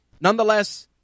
Nonetheless